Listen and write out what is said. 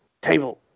table